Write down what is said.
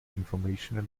informational